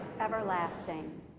everlasting